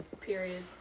Period